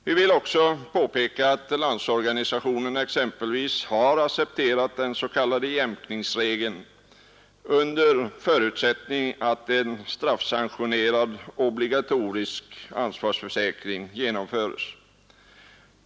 Vi vill också påpeka att exempelvis Landsorganisationen har accepterat den s.k. jämkningsregeln under förutsättning att en straffsanktionerad obligatorisk ansvarsförsäkring genomföres.